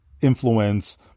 influence